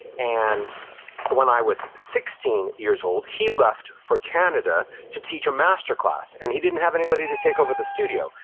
and when i was sixteen years old, he left for canada to teach a masterclass and he didn't have anybody to take over the studio,